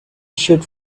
should